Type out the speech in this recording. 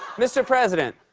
mr. president,